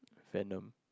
Venom